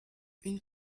une